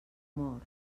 mor